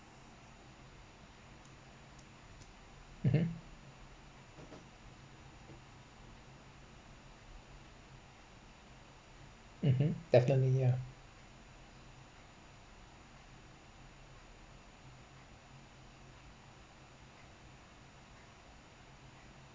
mmhmm mmhmm definitely yeah